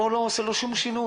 אבל כאן זה לא עושה לו שום שינוי.